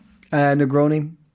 Negroni